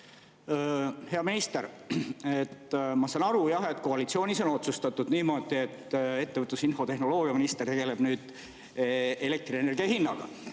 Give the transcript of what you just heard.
Hea minister! Ma saan aru jah, et koalitsioonis on otsustatud niimoodi, et ettevõtlus‑ ja infotehnoloogiaminister tegeleb nüüd elektrienergia hinnaga,